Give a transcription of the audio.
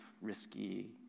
risky